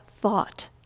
thought